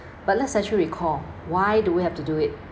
but let's actually recall why do we have to do it